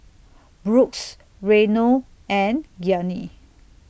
Brooks Reino and Gianni